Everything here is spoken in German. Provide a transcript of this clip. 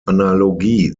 analogie